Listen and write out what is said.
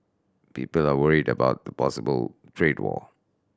people are worried about a possible trade war